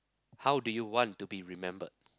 how do you want to be remembered